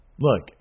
look